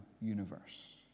universe